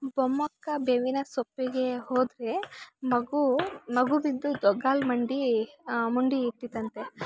ಬೊಮ್ಮಕ್ಕ ಬೇವಿನ ಸೊಪ್ಪಿಗೆ ಹೋದರೆ ಮಗು ಮಗು ಬಿದ್ದು ದೊಗ್ಗಾಲು ಮಂಡಿ ಮುಂಡಿ ಇಕ್ತಿತಂತೆ